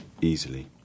easily